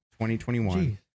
2021